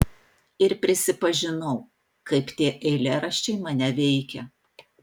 ir prisipažinau kaip tie eilėraščiai mane veikia